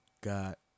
got